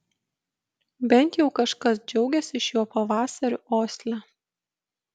bent jau kažkas džiaugėsi šiuo pavasariu osle